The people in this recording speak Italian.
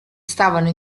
stavano